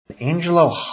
Angelo